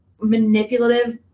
manipulative